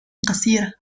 قصيرة